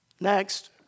Next